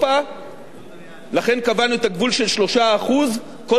לכן קבענו את הגבול של 3% קודם כול מפני